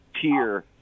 tier